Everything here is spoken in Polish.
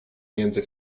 między